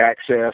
access